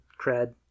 cred